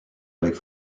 avec